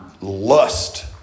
Lust